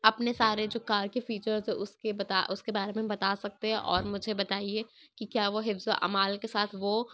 اپنے سارے جو کار کے فیچرس ہیں اس کے بتا اس کے بارے میں بتا سکتے ہیں اور مجھے بتائیے کہ کیا وہ حفظ و امان کے ساتھ وہ